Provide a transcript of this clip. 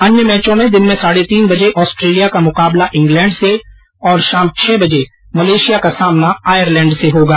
अन्य मैचों में दिन में साढ़े तीन बजे ऑस्ट्रेलिया का मुकाबला इंग्लैंड से और शाम छह बजे मलेशिया का सामना आयरलैंड से होगा